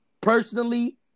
Personally